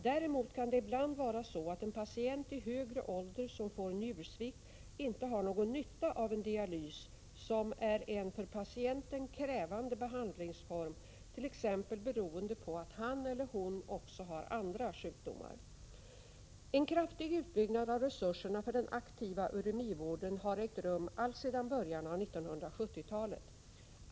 Däremot kan det ibland vara så att en patient i högre ålder som får njursvikt inte har någon nytta av en dialys som är en för patienten krävande behandlingsform, t.ex. beroende på att han eller hon också har andra sjukdomar. En kraftig utbyggnad av resurserna för den aktiva uremivården har ägt rum alltsedan början av 1970-talet.